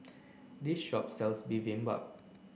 this shop sells Bibimbap